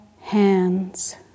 hands